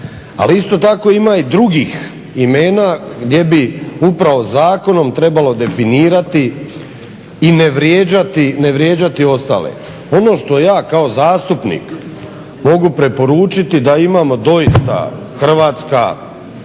Ali isto tako ima i drugih imena gdje bi upravo zakonom trebalo definirati i ne vrijeđati ostale. Ono što ja kao zastupnik mogu preporučiti da imamo doista hrvatska